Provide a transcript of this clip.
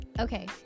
Okay